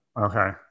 okay